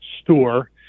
store